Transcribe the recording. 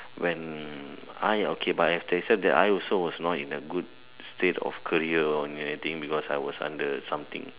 when I okay but I have to accept that I also was not in a good state of career or anything because I was under something